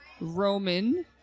Roman